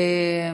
יישר כוח.